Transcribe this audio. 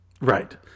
right